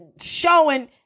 showing